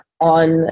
on